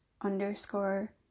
underscore